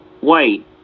white